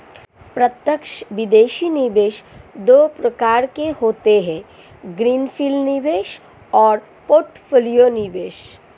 प्रत्यक्ष विदेशी निवेश दो प्रकार के होते है ग्रीन फील्ड निवेश और पोर्टफोलियो निवेश